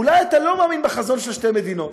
אולי אתה לא מאמין בחזון של שתי מדינות,